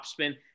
topspin